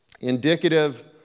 indicative